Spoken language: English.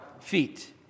feet